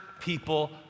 people